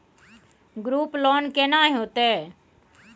Group loan केना होतै?